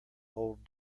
old